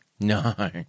No